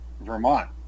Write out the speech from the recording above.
Vermont